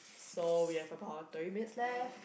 so we have about thirty minutes left